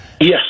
Yes